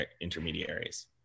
intermediaries